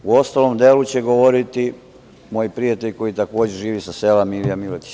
U ostalom delu će govoriti moj prijatelj, koji takođe živi na selu, Milija Miletić.